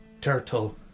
turtle